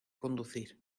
conducir